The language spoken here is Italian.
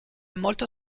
molto